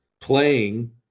playing